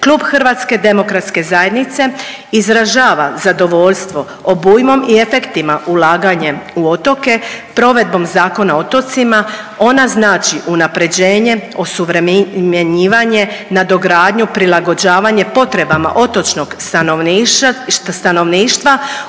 Klub HDZ-a izražava zadovoljstvo obujmom i efektima ulaganjem u otoke, provedbom Zakona o otocima, ona znači unapređenje, osuvremenjivanje, nadogradnju, prilagođavanje potrebama otočnog stanovništva,